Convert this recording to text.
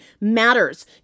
matters